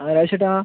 ആ രാജേഷേട്ടാ